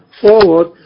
forward